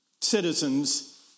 citizens